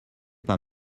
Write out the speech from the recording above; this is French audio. pas